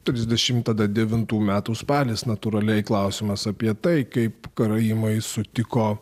trisdešim tada devintų metų spalis natūraliai klausimas apie tai kaip karaimai sutiko